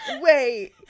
wait